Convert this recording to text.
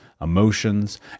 emotions